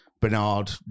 Bernard